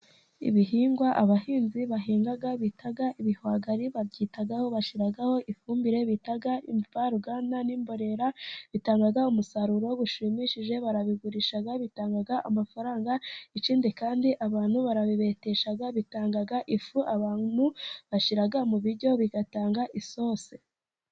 Ibihingwa abahinzi bahinga bita ibihwagari, babyitaho bashyiraho ifumbire bita imvaruganda n'imborera, bitanga umusaruro ushimishije barabigurisha bitanga amafaranga, ikindi kandi abantu barabibetesha bitanga ifu abantu bashyira mu biryo bigatanga isosi.